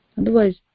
Otherwise